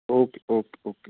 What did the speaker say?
okay okay okay